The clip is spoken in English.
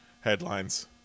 headlines